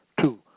Two